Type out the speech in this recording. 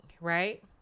right